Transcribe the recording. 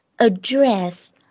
Address